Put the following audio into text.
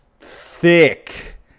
thick